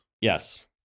Yes